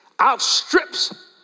Outstrips